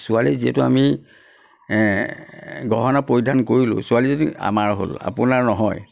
ছোৱালী যিহেতু আমি গহনা পৰিধান কৰিলোঁ ছোৱালীজনী আমাৰ হ'ল আপোনাৰ নহয়